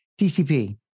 TCP